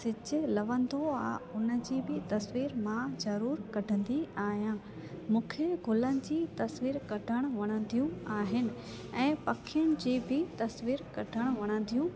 सिजु लहंदो आहे उन जी बि तस्वीर मां ज़रूरु कढंदी आहियां मूंखे गुलनि जी तस्वीरु कढणु वणंदियूं आहिनि ऐं पखियुनि जी बि तस्वीरु कढणु वणंदियूं